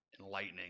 enlightening